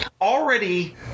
already